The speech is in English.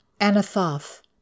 Anathoth